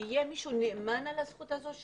שיהיה מישהו נאמן על הזכות הזאת,